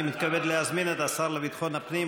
אני מתכבד להזמין את השר לביטחון הפנים,